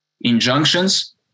injunctions